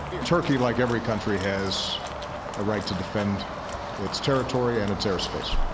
turkey, like every country, has a right to defend its territory and its air space.